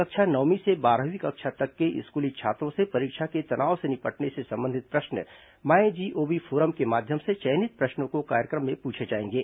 कक्षा नवमीं से बारहवीं तक के स्कूली छात्रों से परीक्षा के तनाव से निपटने से संबंधित प्रश्न माय जीओवी फोरम के माध्यम से चयनित प्रश्नों को कार्यक्रम में प्रछे जायेंगे